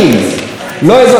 לא אזרחי מדינת ישראל,